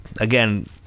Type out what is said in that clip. Again